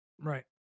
right